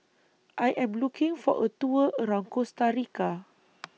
I Am looking For A Tour around Costa Rica